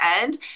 end